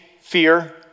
fear